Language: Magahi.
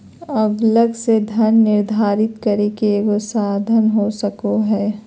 अलग से धन निर्धारित करे के एगो साधन हो सको हइ